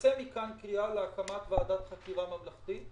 תצא מכאן קריאה להקמת ועדת חקירה ממלכתית,